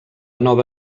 nova